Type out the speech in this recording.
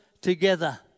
together